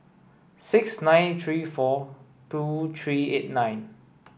six nine three four two three eight nine